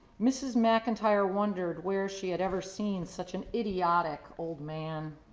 mrs. mcintyre wondered where she had ever seen such an idiotic old man.